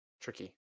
tricky